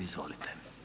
Izvolite.